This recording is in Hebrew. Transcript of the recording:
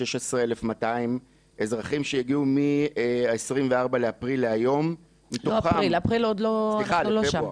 יש 16,200 אזרחים שהגיעו מיום ה-24 בפברואר 2022 עד היום,